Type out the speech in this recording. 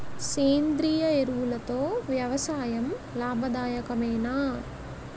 సేంద్రీయ ఎరువులతో వ్యవసాయం లాభదాయకమేనా?